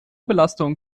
belastung